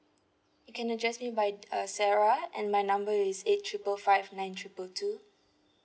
you can address me by uh sarah and my number is eight triple five nine triple two